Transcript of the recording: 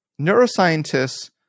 neuroscientists